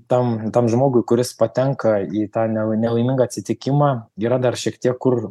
tam tam žmogui kuris patenka į tą nelai nelaimingą atsitikimą yra dar šiek tiek kur